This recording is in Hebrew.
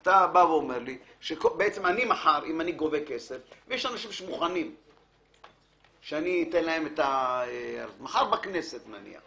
אתה בא ואומר לי שאם מחר אני גובה כסף מחר בכנסת נניח,